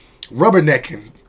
rubbernecking